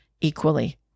equally